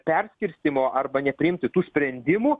perskirstymo arba nepriimti tų sprendimų